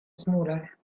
smaller